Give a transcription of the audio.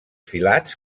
filats